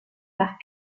par